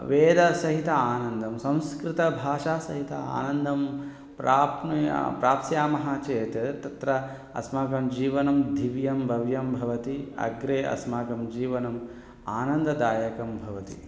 वेदसहितम् आनन्दं संस्कृतभाषासहितम् आनन्दं प्राप्नुयात् प्राप्स्यामः चेत् तत्र अस्माकं जीवनं दिव्यं भव्यं भवति अग्रे अस्माकं जीवनम् आनन्ददायकं भवति